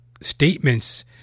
statements